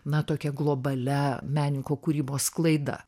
na tokia globalia menininko kūrybos sklaida